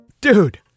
Dude